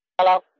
Hello